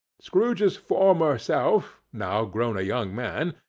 scrooge's former self, now grown a young man,